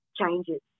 changes